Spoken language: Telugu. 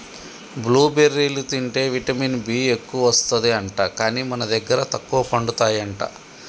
బ్లూ బెర్రీలు తింటే విటమిన్ బి ఎక్కువస్తది అంట, కానీ మన దగ్గర తక్కువ పండుతాయి అంట